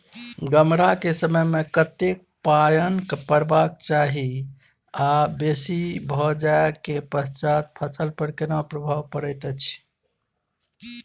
गम्हरा के समय मे कतेक पायन परबाक चाही आ बेसी भ जाय के पश्चात फसल पर केना प्रभाव परैत अछि?